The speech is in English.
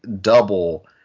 double